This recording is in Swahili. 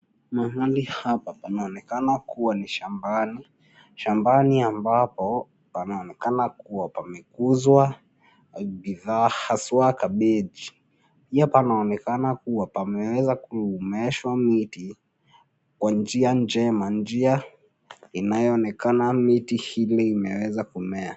Mahali hapa panaonekana kuwa ni shambani. Shambani ambapo, panaonekana kuwa pamekuzwa bidhaa, haswa kabeji. Pia panaonekana kuwa pameweza kumeeshwa miti, kwa njia njema. Njia inayoonekana miti ile imeweza kumea.